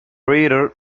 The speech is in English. reader